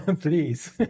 please